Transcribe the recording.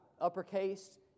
uppercase